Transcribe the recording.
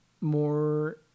more